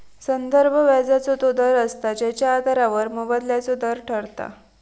संदर्भ व्याजाचो तो दर असता जेच्या आधारावर मोबदल्याचो दर ठरता